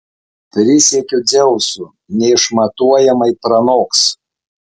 prisiekiu dzeusu neišmatuojamai pranoks